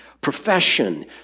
profession